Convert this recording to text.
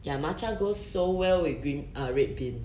ya matcha goes so well with green uh red bean